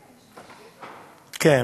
"לתת", כן.